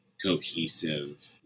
cohesive